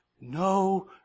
no